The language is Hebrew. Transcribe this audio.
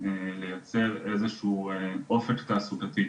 לייצר איזה שהוא אופק תעסוקתי,